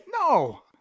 No